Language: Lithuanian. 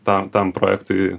tam tam projektui